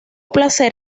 placer